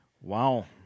Wow